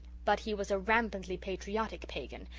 but he was a rampantly patriotic pagan,